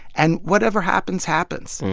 and whatever happens, happens.